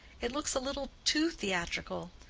it looks a little too theatrical.